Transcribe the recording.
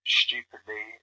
stupidly